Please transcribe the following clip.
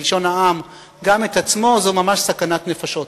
בלשון העם, גם את עצמו, זו ממש סכנת נפשות.